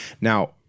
Now